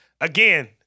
again